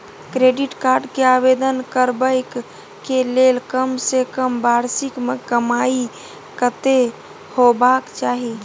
Credit card के आवेदन करबैक के लेल कम से कम वार्षिक कमाई कत्ते होबाक चाही?